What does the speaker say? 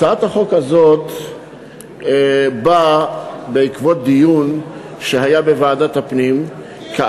הצעת החוק הזאת באה בעקבות דיון בוועדת הפנים על